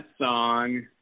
song